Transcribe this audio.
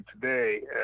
today